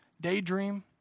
daydream